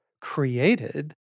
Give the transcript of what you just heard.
created